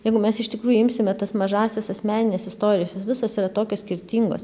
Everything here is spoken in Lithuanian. jeigu mes iš tikrųjų imsime tas mažąsias asmenines istorijas jos visos yra tokios skirtingos